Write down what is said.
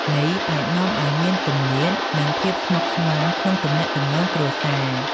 នេះអាចនាំឲ្យមានគម្លាតរ និងភាពស្មុគស្មាញក្នុងទំនាក់ទំនងគ្រួសារ។